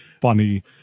funny